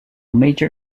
major